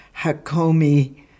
Hakomi